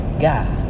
God